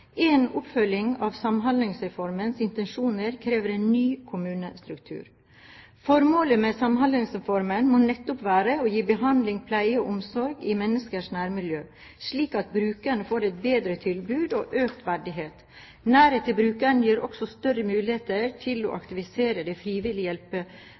En oppfølging av Samhandlingsreformens intensjoner krever en ny kommunestruktur. Formålet med Samhandlingsreformen må nettopp være å gi behandling, pleie og omsorg i menneskers nærmiljø, slik at brukerne får et bedre tilbud og økt verdighet. Nærhet til brukerne gir også større muligheter til å